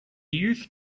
youth